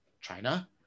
China